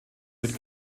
mit